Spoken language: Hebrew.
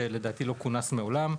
שלדעתי לא כונס מעולם.